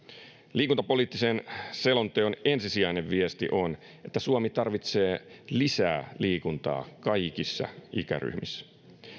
liikuntapoliittisen selonteon ensisijainen viesti on että suomi tarvitsee lisää liikuntaa kaikissa ikäryhmissä